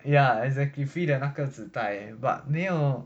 yeah exactly free 的那个纸袋 but 没有